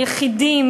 יחידים,